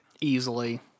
Easily